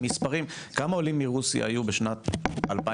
כמה עולים מרוסיה היו ב-2020?